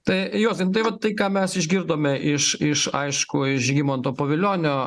tai juozai nu tai vat tai ką mes išgirdome iš iš aišku žygimanto pavilionio